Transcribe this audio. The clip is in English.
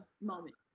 moment